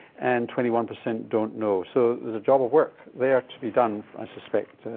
and twenty one percent don't know. so there's a job of work there to be done, i suspect,